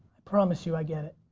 i promise you i get it.